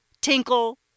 tinkle